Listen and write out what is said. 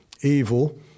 evil